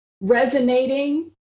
resonating